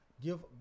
give